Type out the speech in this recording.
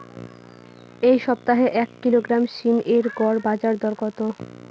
এই সপ্তাহে এক কিলোগ্রাম সীম এর গড় বাজার দর কত?